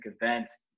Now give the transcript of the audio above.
events